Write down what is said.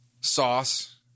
sauce